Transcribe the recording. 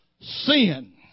sin